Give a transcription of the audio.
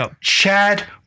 Chad